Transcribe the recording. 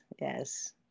Yes